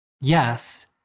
Yes